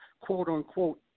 quote-unquote